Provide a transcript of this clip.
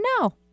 no